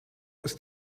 ist